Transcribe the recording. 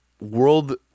world